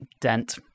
Dent